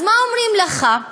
אז מה אומרים לך?